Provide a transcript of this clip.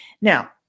Now